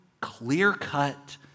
clear-cut